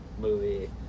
movie